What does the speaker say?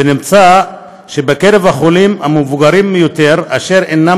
ונמצא שבקרב החולים המבוגרים ביותר אשר אינם